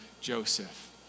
Joseph